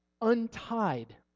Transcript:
untied